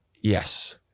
Yes